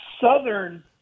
southern